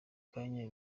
kanya